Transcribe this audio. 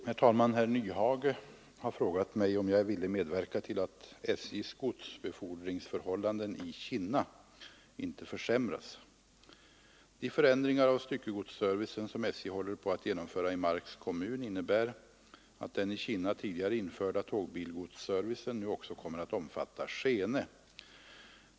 Herr talman! Herr Nyhage har frågat mig om jag är villig medverka till att SJ:s godsbefordringsförhållanden i Kinna inte försämras. i Marks kommun innebär att den i Kinna tidigare införda tågbilgodsservicen nu också kommer att omfatta Skene.